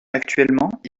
actuellement